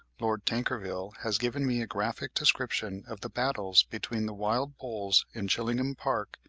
lord tankerville has given me a graphic description of the battles between the wild bulls in chillingham park,